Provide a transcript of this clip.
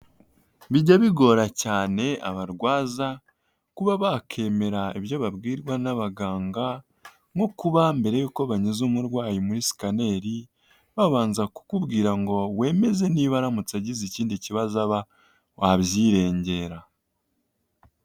Bijya bigora cyane abarwaza, kuba bakemera ibyo babwirwa n'abaganga, nko kuba mbere yuko banyuze umurwayi muri sikaneri babanza kukubwira ngo wemeze niba aramutse agize ikindi kibazo aba wabyirengera.